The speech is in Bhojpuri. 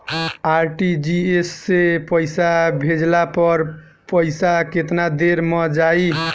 आर.टी.जी.एस से पईसा भेजला पर पईसा केतना देर म जाई?